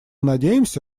надеемся